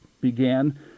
began